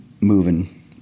moving